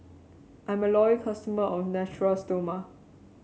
I'm a loyal customer of Natura Stoma